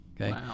Okay